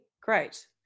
Great